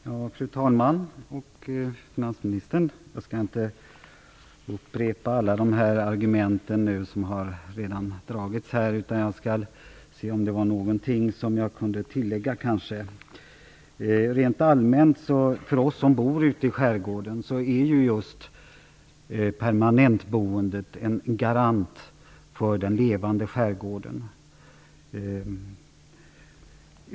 Fru talman! Finansministern! Jag skall nu inte upprepa alla de argument som redan har framförts här. Jag skall se om det kanske finns något som jag kan tillägga. För oss som bor ute i skärgården är rent allmänt permanentboende en garant för den levande skärgården.